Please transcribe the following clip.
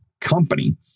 company